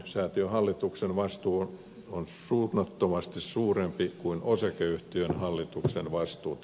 säätiön hallituksen vastuu on suunnattomasti suurempi kuin osakeyhtiön hallituksen vastuu